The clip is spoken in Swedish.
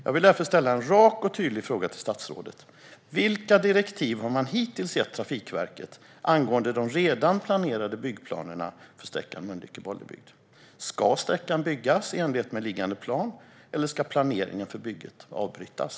Jag vill därför ställa en rak och tydlig fråga till statsrådet: Vilka direktiv har man hittills gett Trafikverket angående de byggplaner som redan finns för sträckan Mölnlycke-Bollebygd? Ska sträckan byggas i enlighet med liggande plan, eller ska planeringen för bygget avbrytas?